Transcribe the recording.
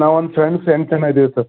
ನಾವು ಒಂದು ಫ್ರೆಂಡ್ಸ್ ಎಂಟು ಜನ ಇದ್ದೀವಿ ಸರ್